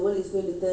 mmhmm